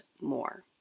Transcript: more